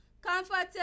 comfortable